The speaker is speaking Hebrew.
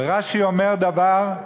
ורש"י אומר דבר,